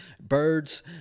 birds